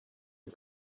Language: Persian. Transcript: این